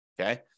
Okay